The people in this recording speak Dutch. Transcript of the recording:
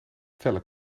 felle